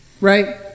right